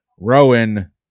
Rowan